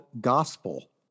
gospel